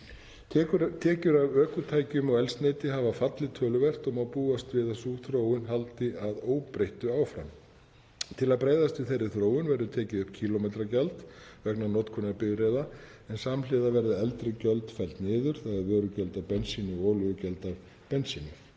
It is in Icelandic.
Tekjur af ökutækjum og eldsneyti hafa fallið töluvert og má búast við að sú þróun haldi að óbreyttu áfram. Til að bregðast við þeirri þróun verður tekið upp kílómetragjald vegna notkunar bifreiða en samhliða verða eldri gjöld felld niður, þ.e. vörugjöld af bensíni og olíugjald af dísilolíu.